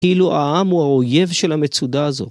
כאילו העם הוא האויב של המצודה הזו.